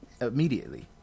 immediately